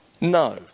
No